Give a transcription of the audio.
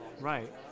Right